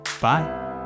bye